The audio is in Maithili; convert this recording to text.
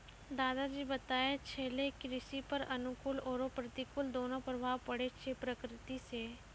दादा जी बताय छेलै कृषि पर अनुकूल आरो प्रतिकूल दोनों प्रभाव पड़ै छै प्रकृति सॅ